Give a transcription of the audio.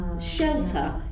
shelter